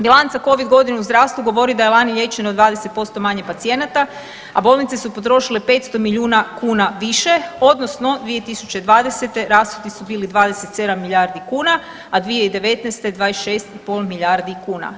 Bilanca covid godinu zdravstva govori da je lani liječeno 20% manje pacijenata, a bolnice su potrošile 500 milijuna kuna više odnosno 2020. rashodi su bili 27 milijardi kuna, a 2019. 26,5 milijardi kuna.